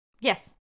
Yes